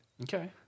Okay